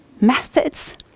methods